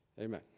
Amen